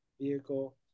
vehicle